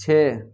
چھ